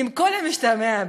עם כל המשתמע מכך.